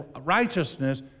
righteousness